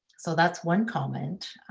so that's one comment.